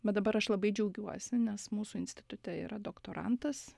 bet dabar aš labai džiaugiuosi nes mūsų institute yra doktorantas